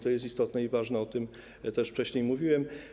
To jest istotne i ważne, o tym też wcześniej mówiłem.